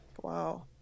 Wow